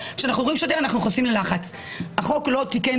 חוקקו את